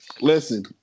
Listen